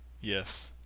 Yes